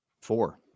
Four